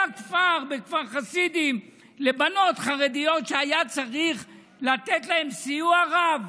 היה כפר בכפר חסידים לבנות חרדיות שהיה צריך לתת להן סיוע רב,